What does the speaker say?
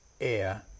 air